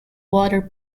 water